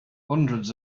hundreds